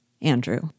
Andrew